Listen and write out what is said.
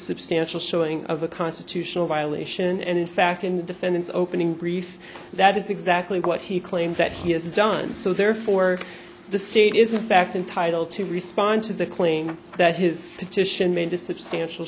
substantial showing of a constitutional violation and in fact in the defendant's opening brief that is exactly what he claimed that he has done so therefore the state is in fact entitle to respond to the claim that his petition made to substantial